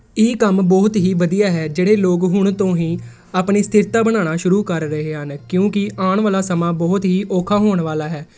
ਇਹ ਕੰਮ ਬਹੁਤ ਹੀ ਵਧੀਆ ਹੈ ਜਿਹੜੇ ਲੋਕ ਹੁਣ ਤੋਂ ਹੀ ਆਪਣੀ ਸਥਿਰਤਾ ਬਣਾਉਣਾ ਸ਼ੁਰੂ ਕਰ ਰਹੇ ਹਨ ਕਿਉਂਕਿ ਆਉਣ ਵਾਲਾ ਸਮਾਂ ਬਹੁਤ ਹੀ ਔਖਾ ਹੋਣ ਵਾਲਾ ਹੈ